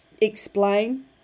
explain